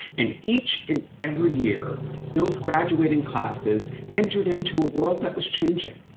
and each and every year those graduating classes entered into a world that was changing.